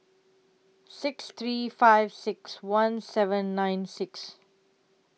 six three five six one seven nine six